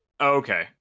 Okay